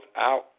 out